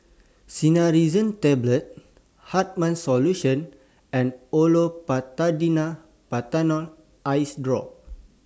Cinnarizine Tablets Hartman's Solution and Olopatadine Patanol Eyedrop